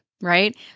right